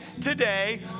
today